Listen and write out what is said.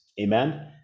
amen